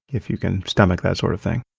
if you can stomach that sort of thing.